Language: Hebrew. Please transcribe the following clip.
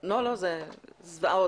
לא, זה זוועות,